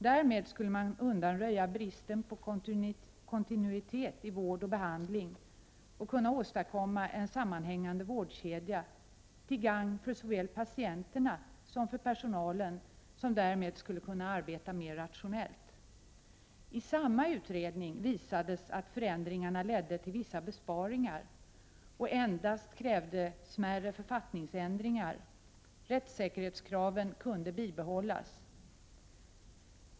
Därmed skulle man kunna undanröja bristen på kontinuitet i vård och behandling och åstadkomma en sammanhängande vårdkedja till gagn såväl för patienter som för personalen, som därmed skulle kunna arbeta mer rationellt. I samma utredning visades att förändringarna ledde till vissa besparingar och endast krävde smärre författningsändringar. Rättssäkerhetskraven kunde bibehållas.